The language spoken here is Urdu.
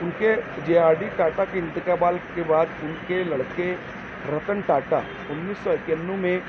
ان کے جے آرڈی ٹاٹا کے انتقال کے بعد ان کے لڑکے رتن ٹاٹا انیس سو اکیانوے میں